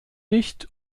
licht